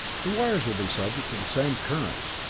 the wires will be subject to the same currents.